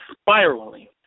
spiraling